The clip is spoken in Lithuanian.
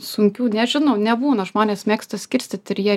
sunkių nežinau nebūna žmonės mėgsta skirstyti ir jie